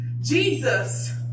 Jesus